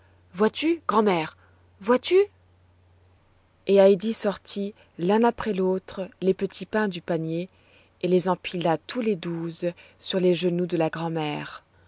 vois-tu grand'mère vois-tu et heidi sortit l'un après l'autre les petits pains du panier et les empila tous les douze sur les genoux de la grand'mère